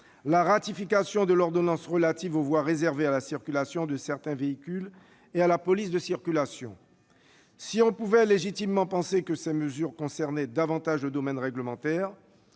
la ratification de l'ordonnance relative aux voies réservées à la circulation de certains véhicules et à la police de la circulation. Si l'on pouvait légitimement penser que ces mesures concernaient davantage le domaine réglementaire,